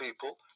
people